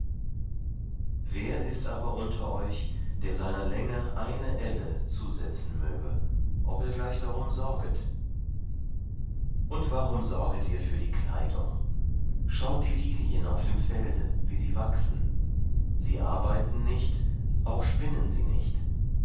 wer ist aber unter euch der seiner länge eine elle zusetzen möge ob er gleich darum sorget und warum sorget ihr für die kleidung schaut die lilien auf dem felde wie sie wachsen sie arbeiten nicht auch spinnen sie nicht